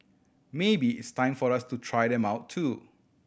maybe it's time for us to try them out too